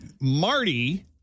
Marty